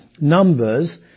numbers